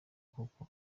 kuko